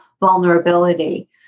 vulnerability